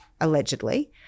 allegedly